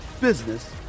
business